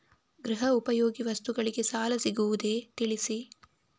ಗೃಹ ಉಪಯೋಗಿ ವಸ್ತುಗಳಿಗೆ ಸಾಲ ಸಿಗುವುದೇ ತಿಳಿಸಿ?